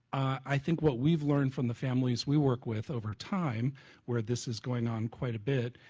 i think what we've learned from the families we work with over time where this is going on quite a bit